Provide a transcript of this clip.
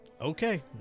Okay